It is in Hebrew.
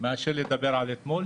מאשר לדבר על אתמול,